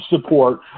support